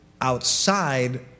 outside